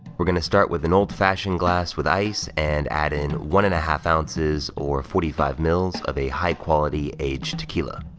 we're gonna start with an old-fashioned glass with ice, and add in one and a half ounces or forty five mils of a high-quality aged tequila.